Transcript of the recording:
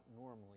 normally